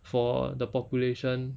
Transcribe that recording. for the population